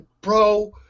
bro